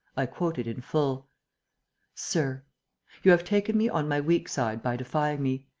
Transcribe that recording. i quote it in full sir you have taken me on my weak side by defying me.